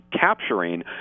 capturing